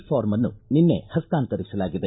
ಫಾರ್ಮಅನ್ನು ನಿನ್ನೆ ಹಸ್ತಾಂತರಿಸಲಾಗಿದೆ